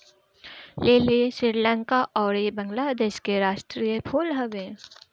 लीली श्रीलंका अउरी बंगलादेश के राष्ट्रीय फूल हवे